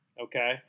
Okay